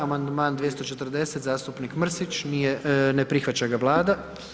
Amandman 240. zastupnik Mrsić, ne prihvaća ga Vlada.